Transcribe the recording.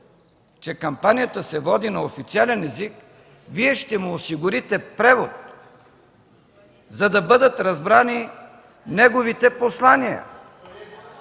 че кампанията се води на официален език, Вие ще му осигурите превод, за да бъдат разбрани неговите послания.